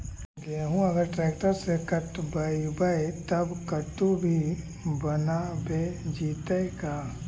गेहूं अगर ट्रैक्टर से कटबइबै तब कटु भी बनाबे जितै का?